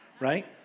right